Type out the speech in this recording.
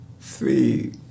Three